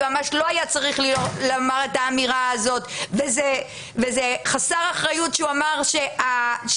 היועמ"ש לא היה צריך למר את האמירה הזאת וזה חסר אחריות שהוא אמר שהעניינים